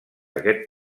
aquest